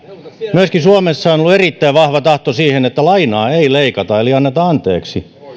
myöskin suomessa on ollut erittäin vahva tahto siihen että lainaa ei leikata eli anneta anteeksi